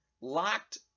locked